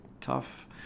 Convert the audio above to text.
tough